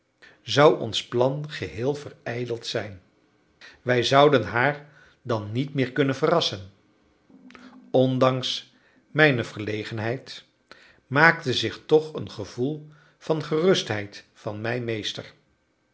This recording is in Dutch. zou ons plan geheel verijdeld zijn wij zouden haar dan niet meer kunnen verrassen ondanks mijne verlegenheid maakte zich toch een gevoel van gerustheid van mij meester